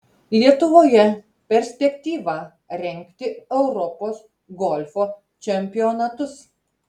lietuvoje perspektyva rengti europos golfo čempionatus